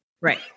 Right